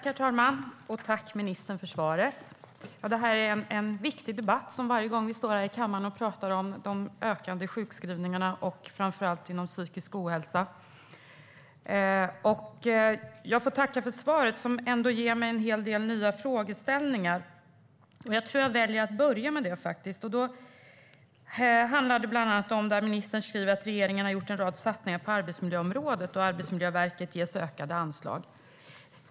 Herr talman! Tack, ministern, för svaret! Det är en viktig debatt, varje gång vi står här i kammaren och pratar om de ökade sjukskrivningarna, framför allt inom psykisk ohälsa. Jag får tacka för svaret, som ändå ger mig en hel del nya frågeställningar. Jag tror att jag väljer att börja med dem. Ministern säger att regeringen har gjort en rad satsningar på arbetsmiljöområdet och att Arbetsmiljöverket ges ökade anslag.